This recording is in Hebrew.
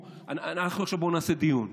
עכשיו בוא נעשה דיון.